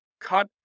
cut